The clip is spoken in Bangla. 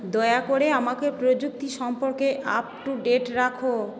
দয়া করে আমাকে প্রযুক্তি সম্পর্কে আপ টু ডেট রাখো